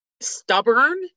stubborn